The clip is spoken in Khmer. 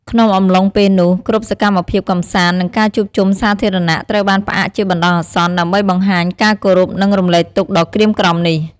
ក្នុងអំឡុងពេលនោះ គ្រប់សកម្មភាពកម្សាន្ត និងការជួបជុំសាធារណៈត្រូវបានផ្អាកជាបណ្ដោះអាសន្ន ដើម្បីបង្ហាញការគោរព និងរំលែកទុក្ខដ៏ក្រៀមក្រំនេះ។